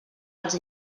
els